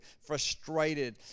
frustrated